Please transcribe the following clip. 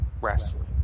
wrestling